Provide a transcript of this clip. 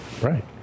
Right